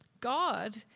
God